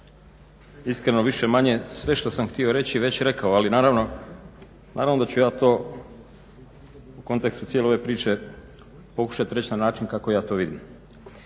iskreno više-manje što sam htio reći već rekao ali naravno da ću ja to u kontekstu cijele ove priče pokušati reći na način kako ja to vidim.